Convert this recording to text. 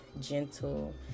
gentle